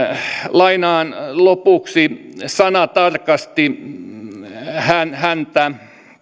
lainaan lopuksi sanatarkasti häntä